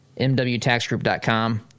mwtaxgroup.com